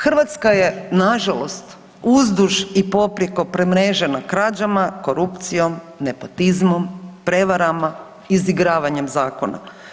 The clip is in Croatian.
Hrvatska je nažalost uzduž i poprijeko premrežena krađama, korupcijom, nepotizmom, prevarama izigravanjem zakona.